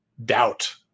doubt